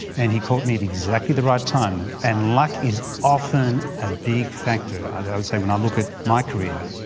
and he caught me at exactly the right time and luck is often a big factor. i would say when i look at my career,